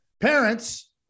parents